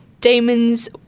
Demons